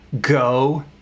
go